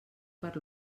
per